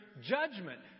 judgment